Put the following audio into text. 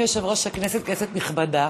אדוני היושב-ראש, כנסת נכבדה,